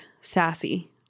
sassy